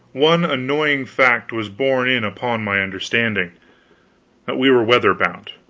one annoying fact was borne in upon my understanding that we were weather-bound.